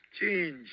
change